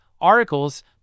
articles